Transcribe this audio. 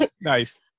Nice